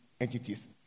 entities